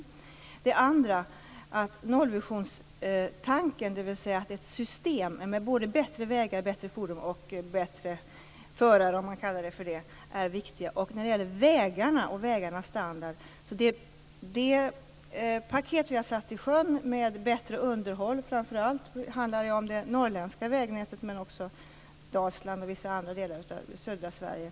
För det andra är nollvisionstanken viktig, dvs. ett system med bättre vägar, bättre fordon och "bättre" När det gäller vägarna och vägarnas standard handlar det paket vi har satt i sjön, med framför allt bättre underhåll, om det norrländska vägnätet men också vägnätet i Dalsland och i vissa andra delar av södra Sverige.